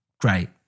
great